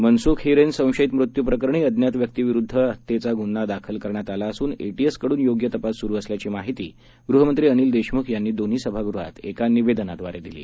मनसुख हिरेन संशयित मृत्यूप्रकरणी अज्ञात व्यक्तिविरुद्ध हत्येचा गुन्हा दाखल करण्यात आला असून एटीएसकडून योग्य तपास सुरु असल्याची माहिती गृहमंत्री अनिल देशमुख यांनी दोन्ही सभागृहात एका निवेदनाद्वारे दिली